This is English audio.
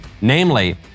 Namely